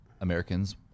Americans